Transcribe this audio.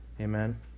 Amen